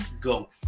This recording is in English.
go